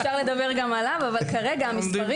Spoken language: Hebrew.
אפשר לדבר גם עליו אבל כרגע המספרים